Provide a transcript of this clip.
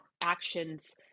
actions